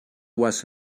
was